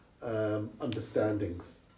understandings